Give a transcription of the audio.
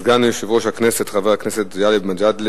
סגן יושב-ראש הכנסת חבר הכנסת גאלב מג'אדלה,